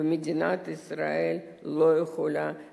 ומדינת ישראל לא יכולה לוותר,